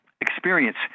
Experience